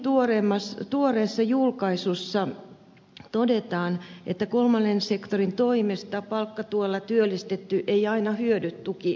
temmin tuoreessa julkaisussa todetaan että kolmannen sektorin toimesta palkkatuella työllistetty ei aina hyödy tukijaksostaan